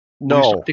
No